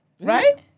Right